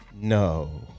No